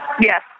Yes